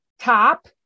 top